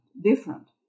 different